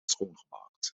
schoongemaakt